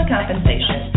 compensation